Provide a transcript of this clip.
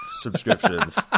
subscriptions